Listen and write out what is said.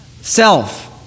self